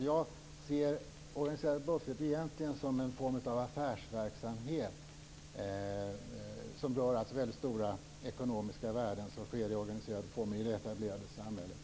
Jag ser organiserad brottslighet egentligen som en form av affärsverksamhet som rör väldigt stora ekonomiska värden. Detta sker i organiserade former i det etablerade samhället.